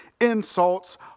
insults